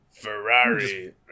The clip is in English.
ferrari